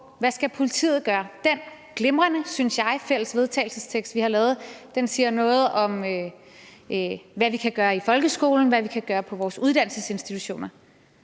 hvad politiet skal gøre. Det glimrende, synes jeg, fælles forslag til vedtagelse, vi har lavet, siger noget om, hvad vi kan gøre i folkeskolen, og hvad vi kan gøre på vores uddannelsesinstitutioner.